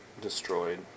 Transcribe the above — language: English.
destroyed